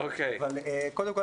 קודם כול,